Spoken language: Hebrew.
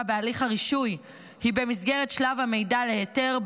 בהליך הרישוי היא במסגרת שלב המידע להיתר,